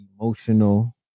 emotional